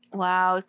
wow